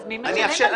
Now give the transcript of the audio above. אז מי משלם על זה?